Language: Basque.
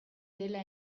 dela